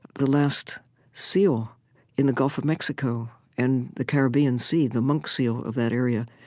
the last seal in the gulf of mexico and the caribbean sea, the monk seal of that area,